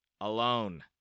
Alone